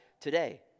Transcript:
today